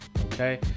Okay